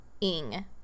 ing